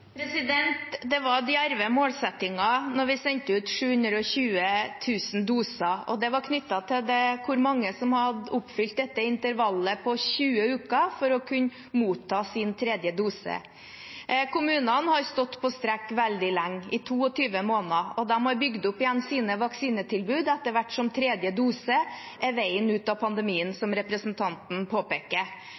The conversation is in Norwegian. Det var djerve målsettinger da vi sendte ut 720 000 doser, og det var knyttet til hvor mange som hadde oppfylt intervallet på 20 uker for å kunne motta sin tredje dose. Kommunene har stått på strekk veldig lenge, i 22 måneder, og de har bygd opp sine vaksinetilbud etter hvert som tredje dose er veien ut av pandemien, som representanten påpeker.